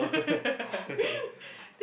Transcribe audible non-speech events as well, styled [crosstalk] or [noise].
[laughs]